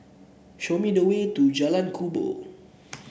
show me the way to Jalan Kubor